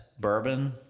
Bourbon